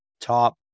top